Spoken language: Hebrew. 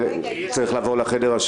ראיתי במליאה שזה כבר סודר כך.